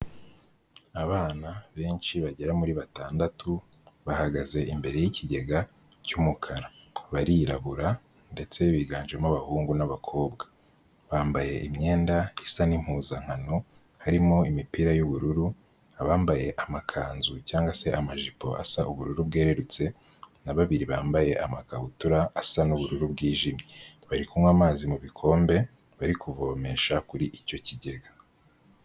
Abana benshi bagera muri batandatu, bahagaze imbere y'ikigega cy'umukara. Barirabura ndetse biganjemo abahungu n'abakobwa. Bambaye imyenda isa n'impuzankano harimo imipira y'ubururu, abambaye amakanzu cyangwa se amajipo asa ubururu bwererutse na babiri bambaye amakabutura asa n'ubururu bwijimye. Bari kunywa amazi mu bikombe, bari kuvomesha kuri icyo kigega.